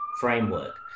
framework